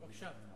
בבקשה.